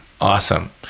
Awesome